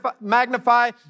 magnify